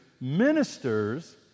ministers